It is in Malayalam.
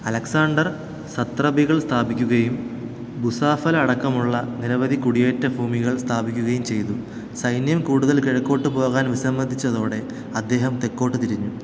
അലക്സാണ്ടർ സത്രപികൾ സ്ഥാപിക്കുകയും ബുസാഫല അടക്കമുള്ള നിരവധി കുടിയേറ്റ ഭൂമികള് സ്ഥാപിക്കുകയും ചെയ്തു സൈന്യം കൂടുതൽ കിഴക്കോട്ട് പോകാൻ വിസമ്മതിച്ചതോടെ അദ്ദേഹം തെക്കോട്ട് തിരിഞ്ഞു